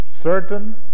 certain